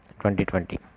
2020